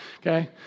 Okay